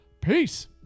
peace